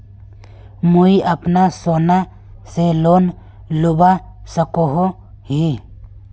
मुई अपना सोना से लोन लुबा सकोहो ही?